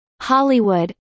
Hollywood